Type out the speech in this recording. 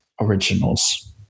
originals